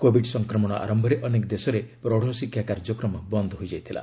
Covid ସଂକ୍ରମଣ ଆରମ୍ଭରେ ଅନେକ ଦେଶରେ ପ୍ରୌଢ଼ ଶିକ୍ଷା କାର୍ଯ୍ୟକ୍ରମ ବନ୍ଦ ହୋଇଯାଇଥିଲା